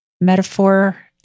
metaphor